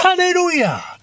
Hallelujah